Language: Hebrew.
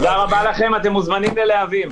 תודה רבה לכם ואתם מוזמנים ללהבים.